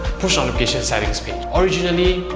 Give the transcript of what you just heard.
push notification setting page. originally,